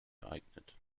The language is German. geeignet